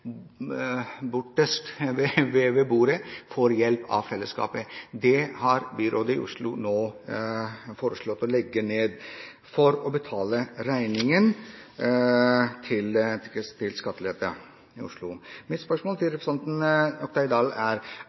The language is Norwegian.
nede ved bordet, hjelp av fellesskapet. Dette har byrådet i Oslo nå foreslått å legge ned for å betale regningen til skattelette. Mitt spørsmål til representanten Oktay Dahl er: